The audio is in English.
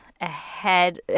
ahead